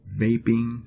vaping